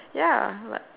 ya like